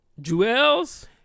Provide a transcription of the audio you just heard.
Jewels